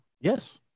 Yes